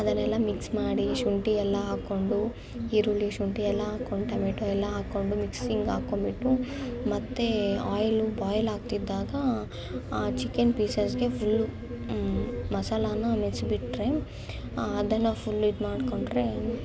ಅದನ್ನೆಲ್ಲ ಮಿಕ್ಸ್ ಮಾಡಿ ಶುಂಠಿ ಎಲ್ಲ ಹಾಕ್ಕೊಂಡು ಈರುಳ್ಳಿ ಶುಂಠಿ ಎಲ್ಲ ಹಾಕ್ಕೊಂಡು ಟಮೆಟೊ ಎಲ್ಲ ಹಾಕ್ಕೊಂಡು ಮಿಕ್ಸಿಂಗ್ ಹಾಕ್ಕೊಂಡ್ಬಿಟ್ಟು ಮತ್ತೆ ಆಯಿಲ್ ಬಾಯ್ಲ್ ಆಗ್ತಿದ್ದಾಗ ಚಿಕೆನ್ ಪೀಸಸ್ಗೆ ಫುಲ್ಲು ಮಸಾಲನ ಮುಚ್ಬಿಟ್ರೆ ಅದನ್ನು ಫುಲ್ ಇದು ಮಾಡಿಕೊಂಡ್ರೆ